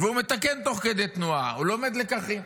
והוא מתקן תוך כדי תנועה, הוא לומד לקחים.